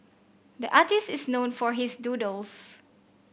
the artist is known for his doodles